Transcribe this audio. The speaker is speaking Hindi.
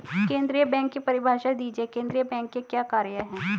केंद्रीय बैंक की परिभाषा दीजिए केंद्रीय बैंक के क्या कार्य हैं?